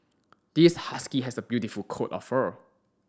this husky has a beautiful coat of fur